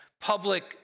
public